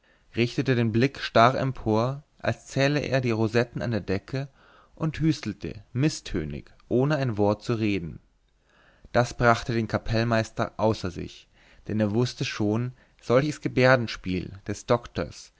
richtete den blick starr empor als zähle er die rosetten an der decke und hüstelte mißtönig ohne ein wort zu reden das brachte den kapellmeister außer sich denn er wußte schon solches gebärdenspiel des doktors